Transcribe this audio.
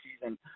season